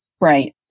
Right